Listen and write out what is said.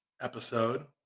episode